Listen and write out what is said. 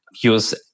use